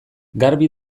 garbi